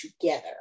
together